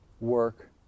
work